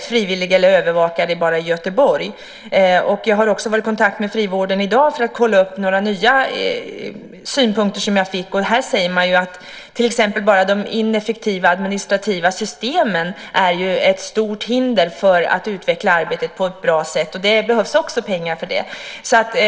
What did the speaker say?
frivilliga eller övervakare bara i Göteborg. Jag har också i dag varit i kontakt med frivården för att kolla upp några nya synpunkter som jag fått. Man säger att till exempel bara de ineffektiva administrativa systemen är ett stort hinder för att utveckla arbetet på ett bra sätt, så det behövs pengar också till det.